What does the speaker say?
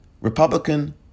Republican